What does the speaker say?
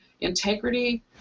integrity